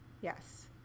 yes